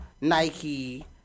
Nike